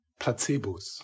placebos